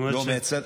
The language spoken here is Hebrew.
לא,